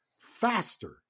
faster